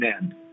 end